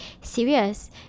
serious